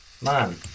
man